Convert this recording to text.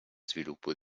sviluppo